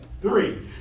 three